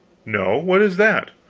no? what is that?